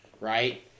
Right